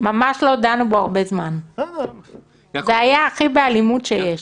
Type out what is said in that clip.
ממש לא דנו בו הרבה זמן, זה היה הכי באלימות שיש.